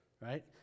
right